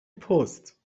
پست